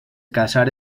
caçar